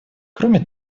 кроме